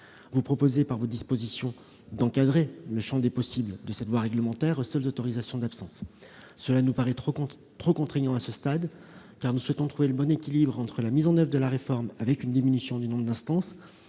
Vous proposez de limiter le champ d'action du pouvoir réglementaire aux seules autorisations d'absence, ce qui nous paraît trop contraignant à ce stade. Nous souhaitons trouver le bon équilibre entre la mise en oeuvre de la réforme, avec une diminution du nombre d'instances,